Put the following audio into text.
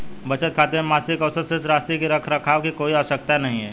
बचत खाते में मासिक औसत शेष राशि के रख रखाव की कोई आवश्यकता नहीं